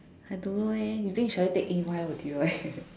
I don't know leh you think should I take E_Y or Deloitte